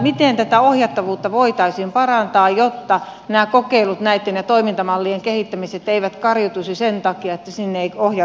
miten tätä ohjattavuutta voitaisiin parantaa jotta nämä kokeilut ja toimintamallien kehittämiset eivät kariutuisi sen takia että sinne ei ohjaudu asiakkaita